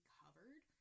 covered